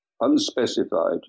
unspecified